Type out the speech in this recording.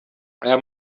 aya